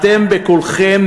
אתם בקולכם,